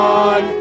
on